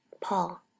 Paul